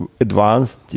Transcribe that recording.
advanced